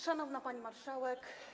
Szanowna Pani Marszałek!